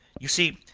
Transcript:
you see,